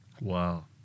wow